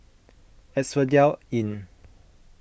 Asphodel Inn